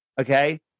okay